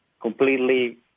completely